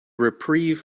reprieve